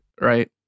right